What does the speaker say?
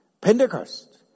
Pentecost